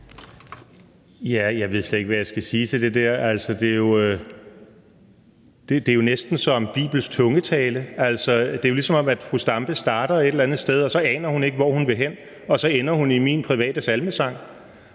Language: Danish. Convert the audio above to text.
Jeg ved slet ikke, hvad jeg skal sige til det der. Altså, det er jo næsten som bibelsk tungetale. Det er, som om fru Zenia Stampe starter et eller andet sted, og så aner hun ikke, hvor hun vil hen, og så ender hun i min private salmesang.